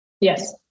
Yes